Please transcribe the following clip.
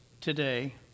today